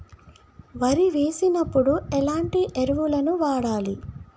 వరి వేసినప్పుడు ఎలాంటి ఎరువులను వాడాలి?